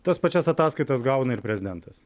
tas pačias ataskaitas gauna ir prezidentas